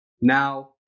now